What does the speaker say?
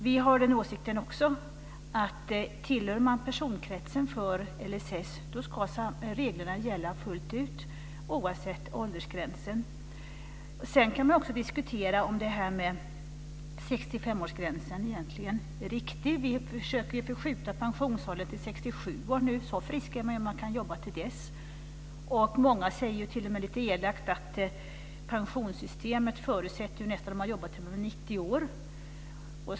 Vi har också åsikten att reglerna ska gälla fullt ut om man tillhör personkretsen för LSS, oavsett åldersgränsen. Man kan också diskutera om 65-årsgränsen egentligen är riktig. Vi försöker ju förskjuta pensionsåldern till 67 år. Så frisk är man att man kan jobba till dess. Många säger t.o.m. lite elakt att pensionssystemet förutsätter att man jobbar till dess att man är 90 år.